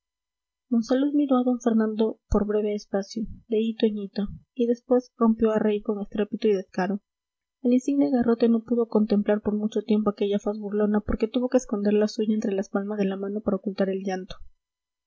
monsalud miró a d fernando por breve espacio de hito en hito y después rompió a reír con estrépito y descaro el insigne garrote no pudo contemplar por mucho tiempo aquella faz burlona porque tuvo que esconder la suya entre las palmas de la mano para ocultar el llanto